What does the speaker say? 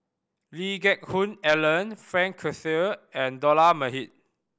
Lee Geck Hoon Ellen Frank Cloutier and Dollah Majid